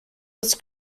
was